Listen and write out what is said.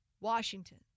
Washington